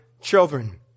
children